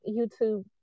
YouTube